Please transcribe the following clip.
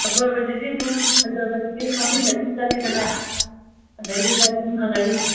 ꯑꯐꯕꯁꯤꯗꯤ ꯑꯗꯨꯝ ꯐꯖꯕꯁꯤꯗꯤ ꯃꯃꯤꯡ ꯑꯗꯨꯝ ꯆꯠꯂꯤꯗꯅ ꯑꯗꯩꯗꯒ ꯁꯨꯝ ꯍꯪꯉꯛꯏꯅꯤ